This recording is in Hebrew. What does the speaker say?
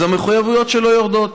אז המחויבויות שלו יורדות.